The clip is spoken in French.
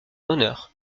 honneur